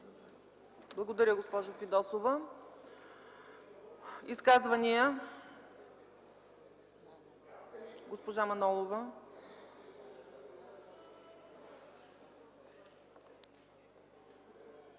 Благодаря, госпожо Фидосова. Изказвания? Госпожа Манолова.